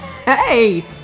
Hey